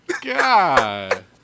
god